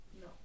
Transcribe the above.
No